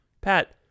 Pat